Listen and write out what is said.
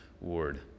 ward